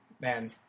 man